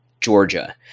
Georgia